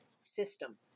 system